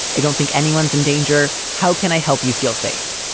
i don't think anyone's in danger. how can i help you feel safe?